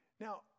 Now